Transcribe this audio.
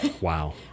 Wow